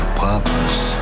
purpose